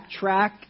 backtrack